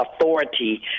authority